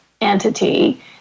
entity